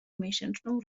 miesięczną